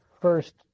first